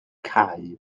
cau